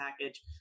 package